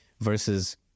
Versus